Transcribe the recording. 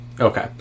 Okay